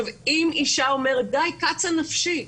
אם אישה אומרת, די, קצה נפשי,